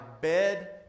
bed